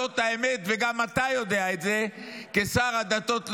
זאת האמת, וגם אתה יודע את זה כשר הדתות לשעבר.